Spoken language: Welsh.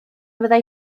fyddai